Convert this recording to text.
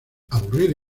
aburrido